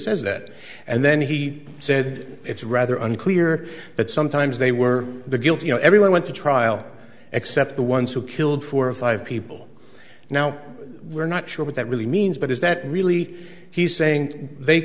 says that and then he said it's rather unclear that sometimes they were the guilty you know everyone went to trial except the ones who killed four or five people now we're not sure what that really means but is that really he's saying they